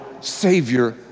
Savior